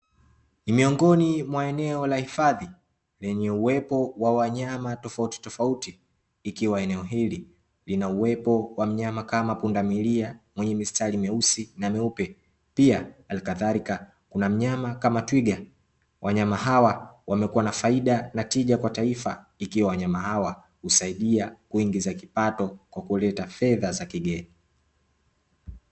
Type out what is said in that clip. Ni miongoni mwa eneo la hifadhi lenye uwepo wa wanyama tofautitofauti, ikiwa eneo hili linauwepo wa mnyama kama pundamilia mwenye mistari mieusi na mieupe pia alikadhalika kuna mnyama kama twiga, wanyama hawa wamekuwa na faida na tija kwa taifa ikiwa wanyama hawa husaidia kuingiza kipato kwa kuleta fedha za kigeni.